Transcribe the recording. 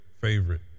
favorite